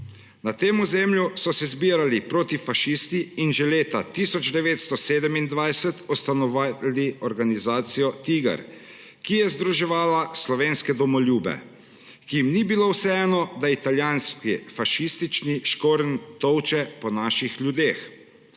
Na tem ozemlju so se zbirali protifašisti in že leta 1927 ustanovili organizacijo TIGR, ki je združevala slovenske domoljube, ki jim ni bilo vseeno, da italijanski fašistični škorenj tolče po naših ljudeh.